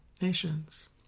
nations